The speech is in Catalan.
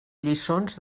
lliçons